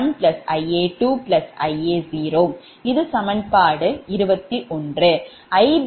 இது சமன்பாடு 21